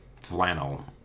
Flannel